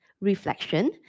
reflection